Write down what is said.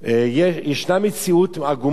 ישנה מציאות עגומה מאוד: